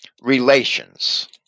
relations